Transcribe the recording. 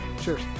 Cheers